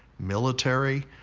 military,